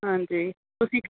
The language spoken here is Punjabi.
ਹਾਂਜੀ ਤੁਸੀਂ